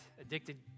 addicted